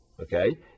Okay